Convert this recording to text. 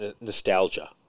nostalgia